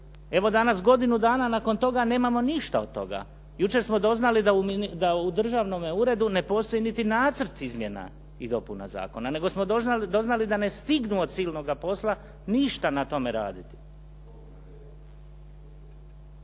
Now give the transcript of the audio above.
Evo, danas godinu dana nakon toga nemamo ništa od toga. Jučer smo doznali da u državnome uredu ne postoji niti nacrt izmjena i dopuna zakona, nego smo doznali da ne stignu od silnoga posla ništa na tome raditi.